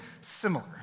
similar